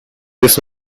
this